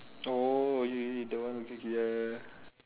oh ya ya that one okay K ya